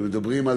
מדברים על